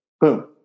Boom